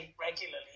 regularly